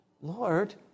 Lord